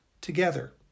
together